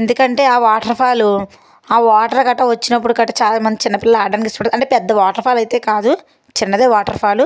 ఎందుకంటే ఆ waterfall ఆ వాటర్ కట్ట వచ్చినప్పుడు కట్ట చాలామంది చిన్నపిల్లలు ఇష్టపడతారు కానీ పెద్ద వాటర్ ఫాల్ అయితే కాదు చిన్నదే వాటర్ ఫాల్